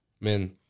men